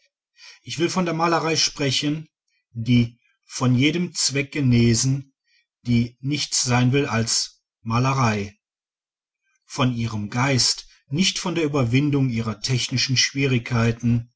ich will von der malerei sprechen die von jedem zweck genesen die nichts sein will als malerei von ihrem geist nicht von der überwindung ihrer technischen schwierigkeiten